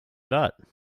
that